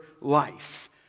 life